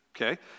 okay